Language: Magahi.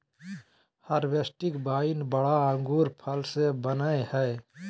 हर्बेस्टि वाइन बड़ा अंगूर फल से बनयय हइ